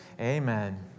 Amen